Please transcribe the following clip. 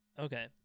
Okay